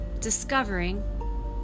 discovering